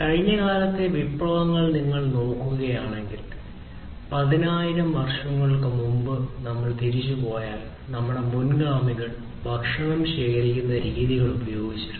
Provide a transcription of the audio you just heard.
കഴിഞ്ഞ കാലത്തെ വിപ്ലവങ്ങൾ നിങ്ങൾ നോക്കുകയാണെങ്കിൽ 10000 വർഷങ്ങൾക്ക് മുമ്പ് നമ്മൾ തിരിച്ചു പോയാൽ നമ്മുടെ മുൻഗാമികൾ ഭക്ഷണം ശേഖരിക്കുന്ന രീതികൾ ഉപയോഗിച്ചിരുന്നു